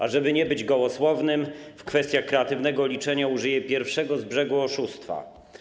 Ażeby nie być gołosłownym, w kwestiach kreatywnego liczenia użyję przykładu pierwszego z brzegu oszustwa.